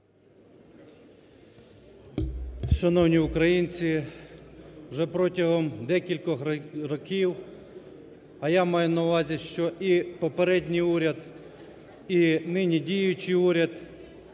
Шановні українці! Вже протягом декількох років, а я маю на увазі, що і попередній уряд, і нині діючий уряд